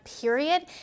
period